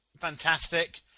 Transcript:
fantastic